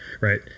right